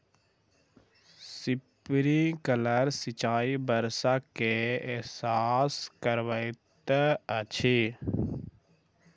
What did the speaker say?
sprinkler सिचाई वर्षा के एहसास करबैत अछि